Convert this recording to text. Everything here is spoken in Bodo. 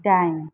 दाइन